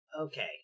Okay